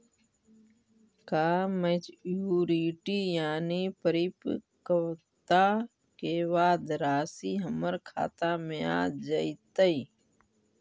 का मैच्यूरिटी यानी परिपक्वता के बाद रासि हमर खाता में आ जइतई?